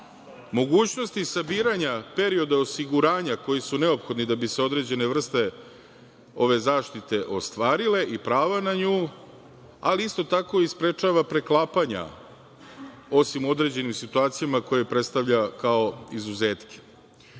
mogućnosti sabiranja perioda osiguranja koji su neophodni da bi se određene vrste ove zaštite ostvarile i prava na nju, ali isto tako i sprečava preklapanja, osim u određenim situacijama koje predstavlja kao izuzetke. Ovaj